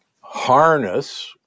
harness